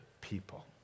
people